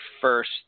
first